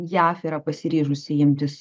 jav yra pasiryžusi imtis